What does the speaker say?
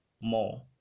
more